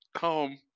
Home